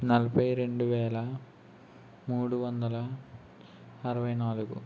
నలభై రెండు వేల మూడు వందల అరవై నాలుగు